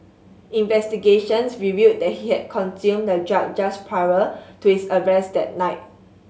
investigations revealed that he had consumed the drug just prior to his arrest that night